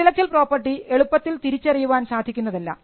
intellectual property എളുപ്പത്തിൽ തിരിച്ചറിയാൻ സാധിക്കുന്നതല്ല